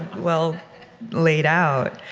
well laid-out